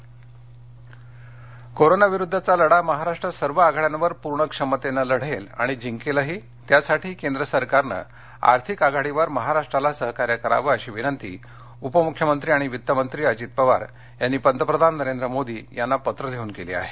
अजीत पवार कोरोनाविरुद्धचा लढा महाराष्ट्र सर्व आघाड्यांवर पूर्ण क्षमतेने लढेल आणि जिंकेलही त्यासाठी केंद्र सरकारने आर्थिक आघाडीवर महाराष्ट्राला सहकार्य करावे अशी विनंती उपमुख्यमंत्री आणि वित्तमंत्री अजित पवार यांनी पंतप्रधान नरेंद्र मोदी यांना पत्र लिहून केली आहे